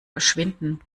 verschwinden